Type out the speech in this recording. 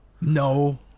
No